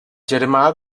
germà